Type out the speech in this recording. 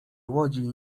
łodzi